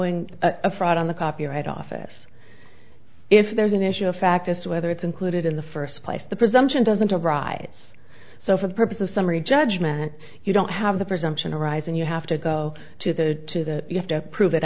fraud on the copyright office if there is an issue of fact as to whether it's included in the first place the presumption doesn't arise so for the purpose of summary judgment you don't have the presumption arise and you have to go to the to the you have to prove it